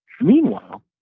meanwhile